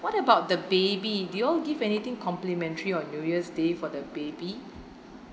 what about the baby do you all give anything complimentary on new year's day for the baby